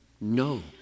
No